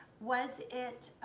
was it